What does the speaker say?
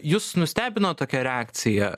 jus nustebino tokia reakcija